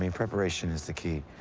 ah preparation is the key.